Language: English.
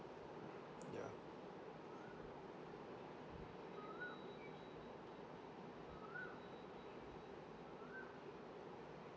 ya